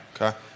Okay